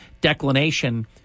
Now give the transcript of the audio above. declination